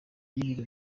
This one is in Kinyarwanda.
y’ibiro